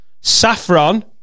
Saffron